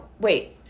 Wait